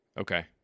Okay